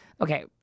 Okay